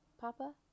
Papa